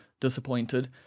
disappointed